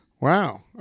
Wow